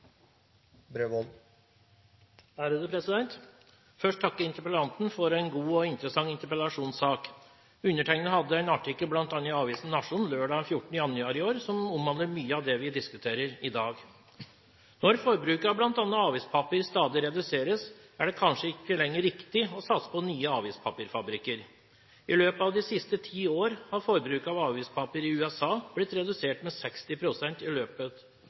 Først vil jeg takke interpellanten for en god og interessant interpellasjonssak. Undertegnede hadde en artikkel bl.a. i avisen Nationen lørdag 14. januar i år som omhandler mye av det vi diskuterer i dag. Når forbruket av bl.a. avispapir stadig reduseres, er det kanskje ikke lenger riktig å satse på nye avispapirfabrikker. I løpet av de siste ti år har forbruket av avispapir i USA blitt redusert med 60 pst. Det samme skjer i